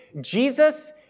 Jesus